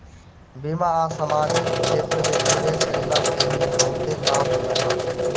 बीमा आ समाजिक क्षेत्र में निवेश कईला से भी बहुते लाभ मिलता